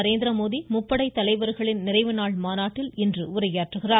நரேந்திரமோடி முப்படைத் தலைவர்களின் நிறைவு நாள் மாநாட்டில் இன்று உரையாற்றுகிறார்